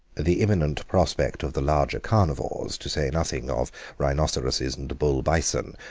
the imminent prospect of the larger carnivores, to say nothing of rhinoceroses and bull bison,